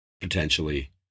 potentially